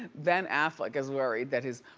ben affleck is worried that his,